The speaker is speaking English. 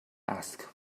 asked